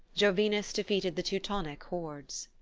jovinus defeated the teutonic hordes.